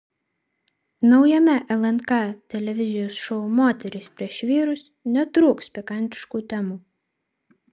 naujame lnk televizijos šou moterys prieš vyrus netrūks pikantiškų temų